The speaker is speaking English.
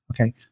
okay